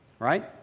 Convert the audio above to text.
Right